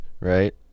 right